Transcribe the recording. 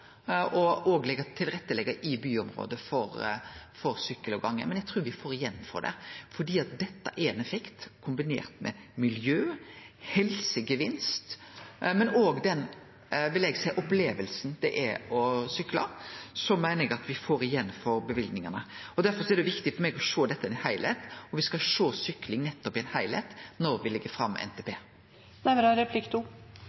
i byområda for sykkel og gonge, men eg trur me får igjen for det. Fordi dette gir ein effekt som kombinerer miljø- og helsegevinst med – vil eg seie – den opplevinga det er å sykle, meiner eg at me får igjen for løyvingane. Derfor er det viktig for meg å sjå dette i ein heilskap, og me skal nettopp sjå sykling i ein heilskap når me legg fram